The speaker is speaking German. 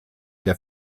der